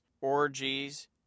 orgies